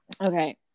Okay